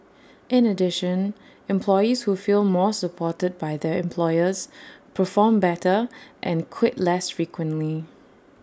in addition employees who feel more supported by their employers perform better and quit less frequently